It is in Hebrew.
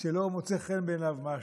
שלא מוצא חן בעיניו משהו.